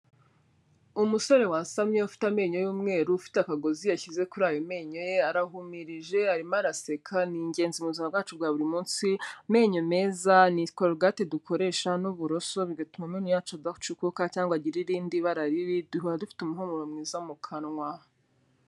Umusore wasamye ufite amenyo y'umweru, ufite akagozi yashyize kuri ayo menyo ye, arahumirije, arimo araseka, ni ingenzi mu buzima bwacu bwa buri munsi, amenyo meza ni korogate dukoresha n'uburoso bigatuma amenyo yacu adacukuka cyangwa ngo agire irindi bara ribi, duhora dufite umuhumuro mwiza mu kanwa.